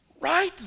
Right